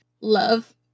love